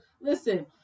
Listen